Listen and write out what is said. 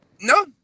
No